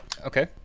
Okay